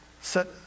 Set